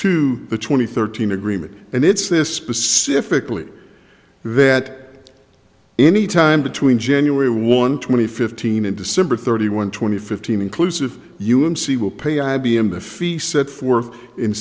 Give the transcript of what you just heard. to the twenty thirteen agreement and it's this specifically that any time between january one twenty fifteen and december thirty one twenty fifteen inclusive u n c will pay i b m the fee set forth in